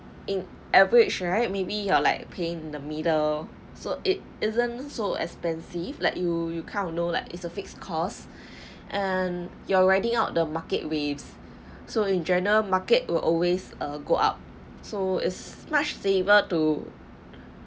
in average right maybe you are like paying the middle so it isn't so expensive like you you kind of know like it's a fixed costs and you're riding out the market waves so in general market will always go up so it's much safer to